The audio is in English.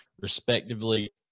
respectively